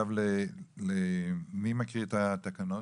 מי מקריא את התקנות?